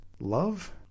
love